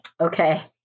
Okay